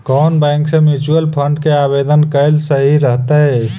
कउन बैंक से mutual fund के आवेदन कयल सही रहतई?